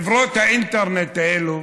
חברות האינטרנט האלה